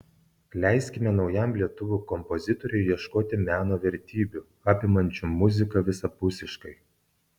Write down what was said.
leiskime naujam lietuvių kompozitoriui ieškoti meno vertybių apimančių muziką visapusiškai